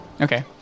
Okay